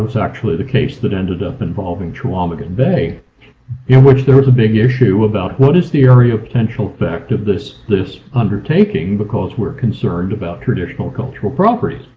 actually the case that ended up involving chequamegon bay in which there was a big issue about what is the area of potential effect of this this undertaking, because we're concerned about traditional cultural properties.